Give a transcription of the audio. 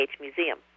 Museum